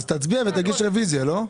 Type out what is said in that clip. אז תצביע ותגיד שזו רוויזיה, לא?